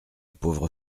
pauvre